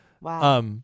Wow